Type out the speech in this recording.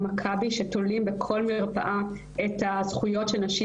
מכבי שתולים בכל מרפאה את הזכויות של נשים,